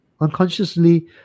unconsciously